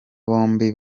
bombi